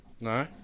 No